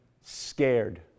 scared